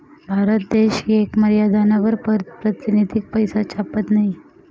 भारत देश येक मर्यादानावर पारतिनिधिक पैसा छापत नयी